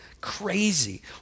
Crazy